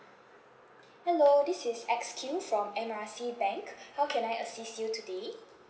hello this is X Q from M R C bank how can I assist you today